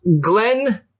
Glenn